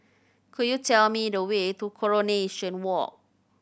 could you tell me the way to Coronation Walk